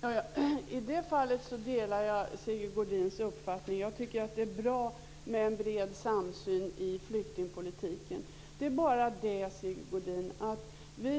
Fru talman! I det fallet delar jag Sigge Godins uppfattning. Jag tycker att det är bra med en bred samsyn i flyktingpolitiken. Problemet är bara det, Sigge Godin, att vi